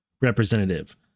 representative